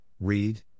read